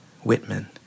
Whitman